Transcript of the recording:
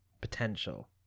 potential